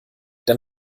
dann